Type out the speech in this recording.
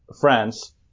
France